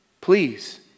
Please